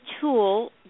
tool